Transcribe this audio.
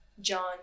John